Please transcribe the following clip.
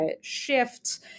shifts